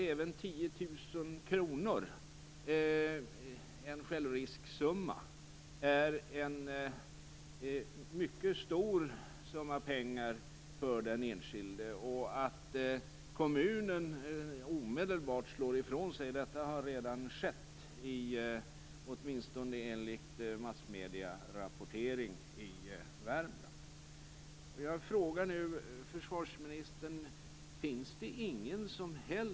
Även en självrisksumma på 10 000 kr är en mycket stor summa pengar för den enskilde, och kommunen slår omedelbart ifrån sig - detta har redan skett, åtminstone enligt massmedierapporteringen i Värmland.